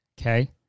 Okay